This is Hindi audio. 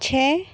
छः